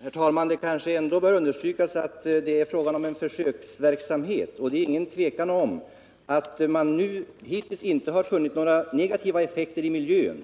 Herr talman! Det kanske ändå bör understrykas att det är fråga om en försöksverksamhet. Hittills har man inte funnit några negativa effekter i miljön